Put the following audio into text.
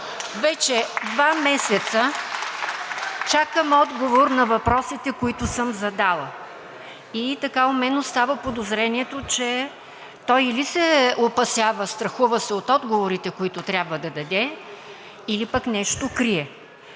Вече два месеца чакам отговор на въпросите, които съм задала. И така у мен остава подозрението, че той или се опасява, страхува се от отговорите, които трябва да даде, или пък нещо крие.